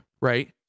Right